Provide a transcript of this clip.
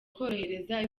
korohereza